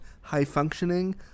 high-functioning